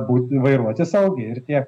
būt vairuoti saugiai ir tiek